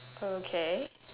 okay